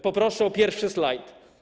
Poproszę o pierwszy slajd.